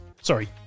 sorry